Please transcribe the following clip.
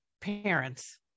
parents